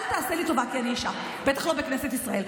אל תעשה לי טובה כי אני אישה, בטח לא בכנסת ישראל.